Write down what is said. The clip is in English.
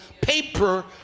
paper